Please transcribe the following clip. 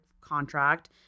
contract